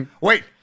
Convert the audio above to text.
wait